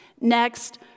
Next